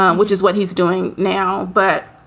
um which is what he's doing now but